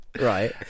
Right